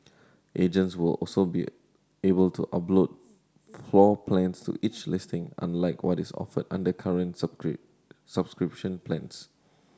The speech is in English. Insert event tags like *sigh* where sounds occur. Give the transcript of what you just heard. agents will also be able to upload floor plans to each listing unlike what is offered under current *unintelligible* subscription plans